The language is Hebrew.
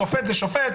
שופט זה שופט,